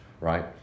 right